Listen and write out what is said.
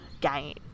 gain